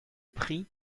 prix